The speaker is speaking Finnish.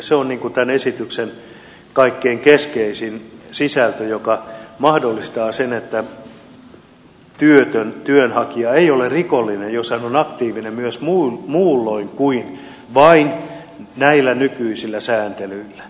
se on tämän esityksen kaikkein keskeisin sisältö joka mahdollistaa sen että työtön työnhakija ei ole rikollinen jos hän on aktiivinen myös muulloin kuin vain näillä nykyisillä sääntelyillä